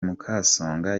mukasonga